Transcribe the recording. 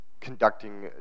conducting